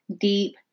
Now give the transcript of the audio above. deep